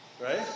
Right